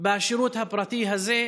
גם בשירות הפרטי הזה,